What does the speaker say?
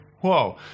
whoa